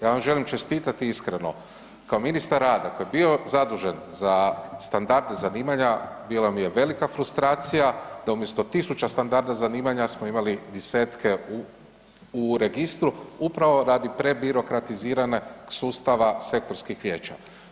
Ja vam želim čestitati iskreno, kao ministar rada koji je bio zadužen za standarde zanimanja, bila mi je velika frustracija da umjesto 1000 standarda zanimanja smo imali desetke u registru, upravo radi prebirokratiziranog sustava sektorskih vijeća.